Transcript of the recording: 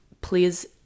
please